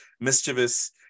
mischievous